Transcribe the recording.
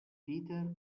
peter